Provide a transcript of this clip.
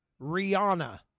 Rihanna